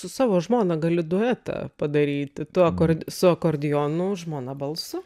su savo žmona gali duetą padaryti tuo kur su akordeonu žmona balsu